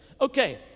Okay